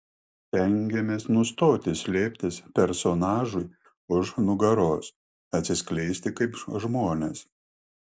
stengiamės nustoti slėptis personažui už nugaros atsiskleisti kaip žmonės